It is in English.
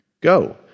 Go